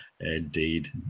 Indeed